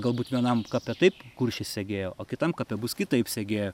galbūt vienam kape taip kuršiai segėjo o kitam kape bus kitaip segėjo